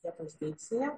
vietos deiksėje